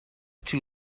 too